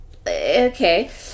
okay